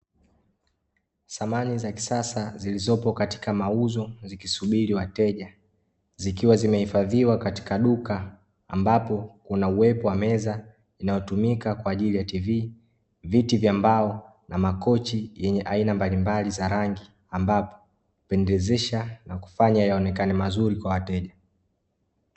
Samani za kisasa zilizopo katika mauzo zikisubiri wateja zikiwa zimehifadhiwa katika duka, ambapo kuna uwepo wa meza inayotumika kwaajili ya tv, viti vya mbao, na makochi yenye aina mbalimbali za rangi, ambapo hupendezesha na kufanya yaonekane mazuri kwa wateja.